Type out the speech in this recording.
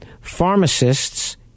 pharmacists